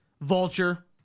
Vulture